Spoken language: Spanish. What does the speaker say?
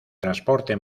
transporte